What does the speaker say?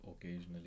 occasionally